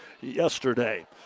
yesterday